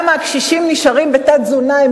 למה הקשישים נשארים בתת-תזונה?